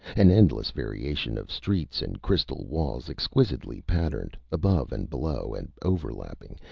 an endless variation of streets and crystal walls exquisitely patterned, above and below and overlapping,